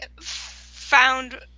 found